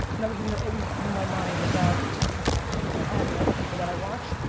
another thing that always blew my mind about my dad and other people that i watch,